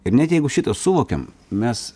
ir net jeigu šitą suvokiam mes